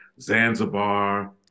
Zanzibar